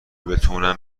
بتونم